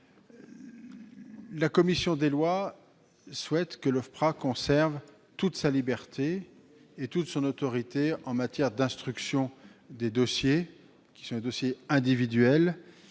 La commission des lois souhaite que l'OFPRA conserve toute sa liberté et son autorité en matière d'instruction des dossiers, qui sont individuels.